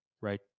right